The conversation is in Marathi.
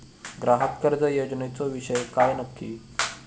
ग्राहक कर्ज योजनेचो विषय काय नक्की?